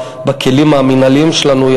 בכלים המינהליים שלנו,